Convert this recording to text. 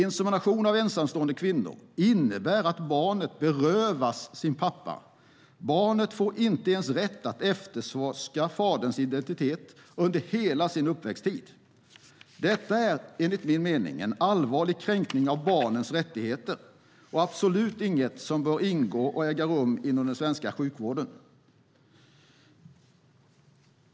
Insemination av ensamstående kvinnor innebär att barnet berövas sin pappa. Barnet får inte ens rätt att efterforska faderns identitet under hela sin uppväxttid. Detta är enligt min mening en allvarlig kränkning av barnets rättigheter och absolut inte något som bör ingå och äga rum inom den svenska sjukvården.